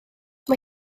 mae